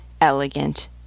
elegant